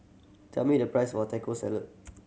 tell me the price of Taco Salad